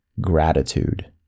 gratitude